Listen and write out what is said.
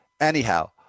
Anyhow